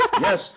Yes